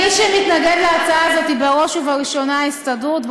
מי שמתנגד להצעה הזאת בראש ובראשונה זה ההסתדרות,